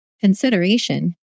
consideration